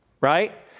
right